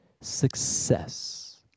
success